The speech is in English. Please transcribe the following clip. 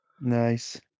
nice